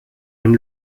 ein